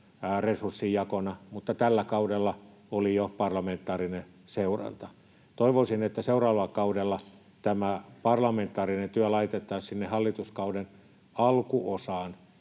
resurssijakona, mutta tällä kaudella oli jo parlamentaarinen seuranta. Toivoisin, että seuraavalla kaudella tämä parlamentaarinen työ laitettaisiin sinne hallituskauden alkuosaan,